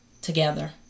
together